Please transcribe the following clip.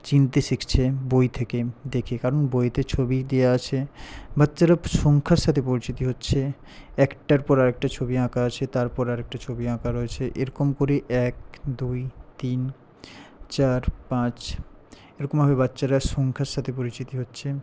চিনতে শিখছে বই থেকে দেখে কারণ বইয়েতে ছবি দেওয়া আছে বাচ্চারা সংখ্যার সাথে পরিচিতি হচ্ছে একটার পর আরেকটা ছবি আঁকা আছে তারপর আরেকটা ছবি আঁকা রয়েছে এরকম করে এক দুই তিন চার পাঁচ এরকমভাবে বাচ্চারা সংখ্যার সাথে পরিচিত হচ্ছে